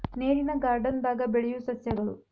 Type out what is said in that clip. ನೇರಿನ ಗಾರ್ಡನ್ ದಾಗ ಬೆಳಿಯು ಸಸ್ಯಗಳು